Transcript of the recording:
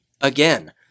Again